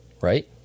right